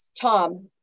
Tom